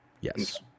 Yes